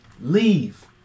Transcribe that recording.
Leave